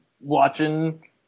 watching